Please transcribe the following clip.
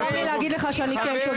צר לי להגיד לך שאני כן צודקת.